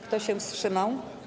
Kto się wstrzymał?